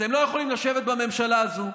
אתם לא יכולים לשבת בממשלה הזו,